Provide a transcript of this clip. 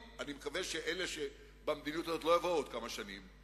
ואני מקווה שאלה שנוקטים את המדיניות הזאת לא יבואו בעוד כמה שנים,